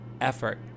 effort